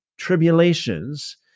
tribulations